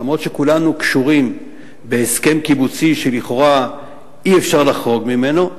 אף-על-פי שכולנו קשורים בהסכם קיבוצי שלכאורה אי-אפשר לחרוג ממנו,